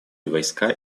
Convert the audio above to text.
войска